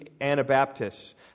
Anabaptists